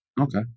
Okay